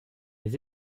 les